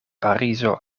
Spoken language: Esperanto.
parizo